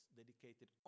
dedicated